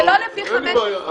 אין בעיה,